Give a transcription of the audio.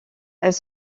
elle